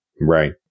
Right